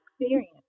experience